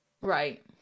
right